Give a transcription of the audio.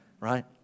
Right